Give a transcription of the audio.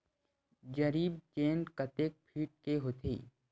जरीब चेन कतेक फीट के होथे?